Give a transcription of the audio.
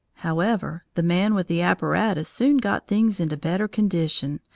however, the man with the apparatus soon got things into better condition,